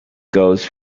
goes